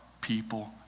people